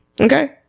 Okay